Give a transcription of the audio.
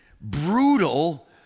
brutal